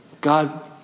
God